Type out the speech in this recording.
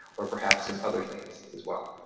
or perhaps in other things as well.